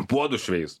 puodus šveis